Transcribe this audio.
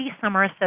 summer